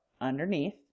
underneath